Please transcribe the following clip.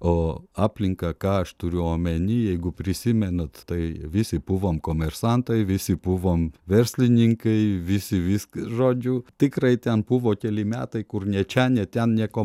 o aplinka ką aš turiu omeny jeigu prisimenat tai visi buvom komersantai visi buvom verslininkai visi vysk žodžiu tikrai ten buvo keli metai kur nei čia nei ten nieko